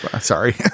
Sorry